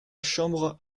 chambre